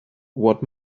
what